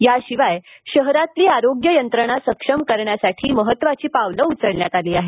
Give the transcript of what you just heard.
याशिवाय शहरातली आरोग्य यंत्रणा सक्षम करण्यासाठी महत्त्वाची पावलं उचलण्यात आली आहेत